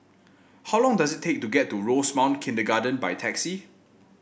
how long does it take to get to Rosemount Kindergarten by taxi